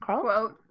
Quote